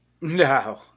No